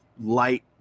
light